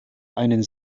einen